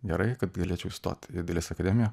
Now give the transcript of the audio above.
gerai kad galėčiau įstot į dailės akademiją